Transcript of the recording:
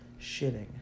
Shitting